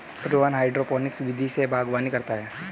Rohan hydroponics विधि से बागवानी करता है